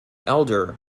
elder